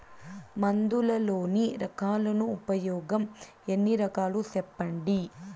మందులలోని రకాలను ఉపయోగం ఎన్ని రకాలు? సెప్పండి?